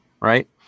right